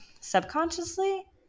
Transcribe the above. subconsciously